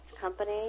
company